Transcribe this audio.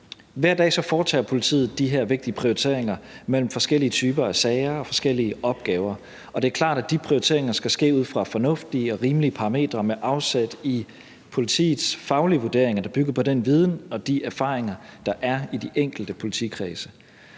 Hver dag foretager politiet de her vigtige prioriteringer mellem forskellige typer af sager og forskellige opgaver, og det er klart, at de prioriteringer skal ske ud fra fornuftige og rimelige parametre med afsæt i politiets faglige vurdering, der bygger på den viden og de erfaringer, der er i de enkelte politikredse.